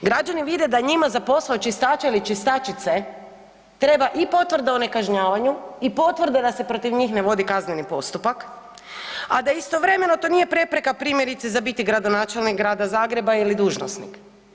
Građani vide da njima za posao čistaća ili čistačice treba i potvrda o nekažnjavanju i potvrda da se protiv njih ne vodi kazneni postupak, a da istovremeno to nije prepreka primjerice za biti gradonačelnik grada Zagreba ili dužnosnik.